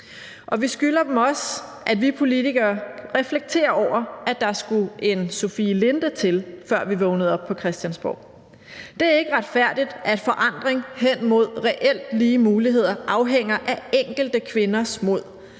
vi skylder dem også, at vi politikere reflekterer over, at der skulle en Sofie Linde til, før vi vågnede op på Christiansborg. Det er ikke retfærdigt, at forandring hen mod reelt lige muligheder afhænger af enkelte kvinders mod.